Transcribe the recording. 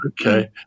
Okay